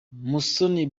musoni